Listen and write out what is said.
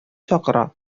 чакыра